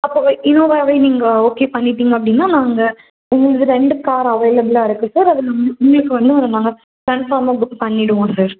அப்போ இனோவாவே நீங்கள் ஓகே பண்ணிட்டீங்க அப்படின்னா நாங்கள் உங்களுக்கு ரெண்டு கார் அவேலபிளாக இருக்குது சார் அதில் உங்கள் உங்களுக்கு வந்து ஒரு நாங்கள் கன்ஃபார்மாக புக் பண்ணிடுவோம் சார்